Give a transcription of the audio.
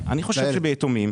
אני חושב שביתומים,